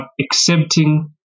accepting